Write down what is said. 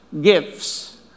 gifts